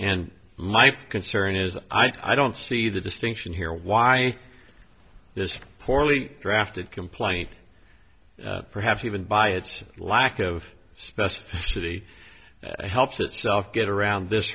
and my concern is i don't see the distinction here why this poorly drafted complaint perhaps even by its lack of specificity helps itself get around this